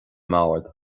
mbord